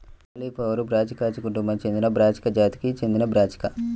cauliflower బ్రాసికాసి కుటుంబానికి చెందినబ్రాసికా జాతికి చెందినబ్రాసికా